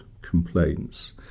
complaints